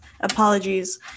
apologies